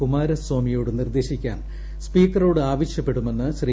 കുമാര സ്വാമിയോട് നിർദ്ദേശിക്കാൻ സ്പീക്കറോട് ആവശ്യപ്പെടുമെന്ന് ശ്രീ